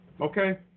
Okay